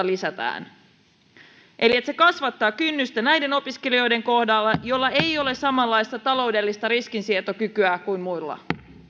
lisätään eli se kasvattaa kynnystä näiden opiskelijoiden kohdalla joilla ei ole samanlaista taloudellista riskinsietokykyä kuin muilla